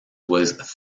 was